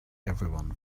everyone